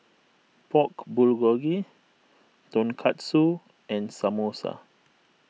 Pork Bulgogi Tonkatsu and Samosa